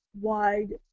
wide